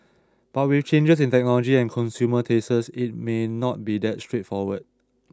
but with changes in technology and consumer tastes it may not be that straightforward